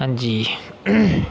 हां जी